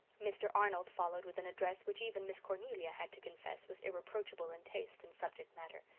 mr. arnold followed with an address which even miss cornelia had to confess was irreproachable in taste and subject-matter.